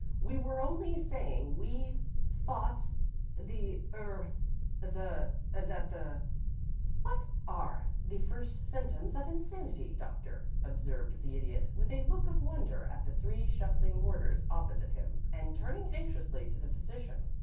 we were only saying we thought the er the that the what are the first symptoms of insanity, doctor? observed the idiot, with a look of wonder at the three shuffling boarders opposite him, and turning anxiously to the physician.